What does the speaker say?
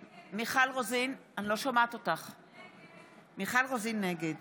רוזין, נגד